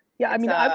yeah, i mean,